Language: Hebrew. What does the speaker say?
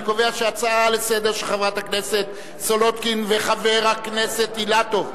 אני קובע שהצעה לסדר-היום של חברת הכנסת סולודקין וחבר הכנסת אילטוב,